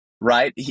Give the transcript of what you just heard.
right